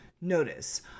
Notice